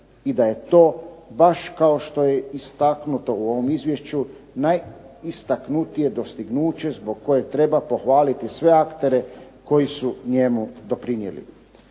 i da je to baš kao što je istaknuto u ovom izvješću najistaknutije dostignuće zbog kojeg treba pohvaliti se aktere koji su njemu doprinijeli.